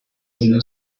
ubumwe